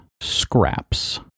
scraps